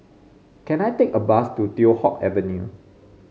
can I take a bus to Teow Hock Avenue